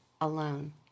alone